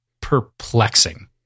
perplexing